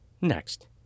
next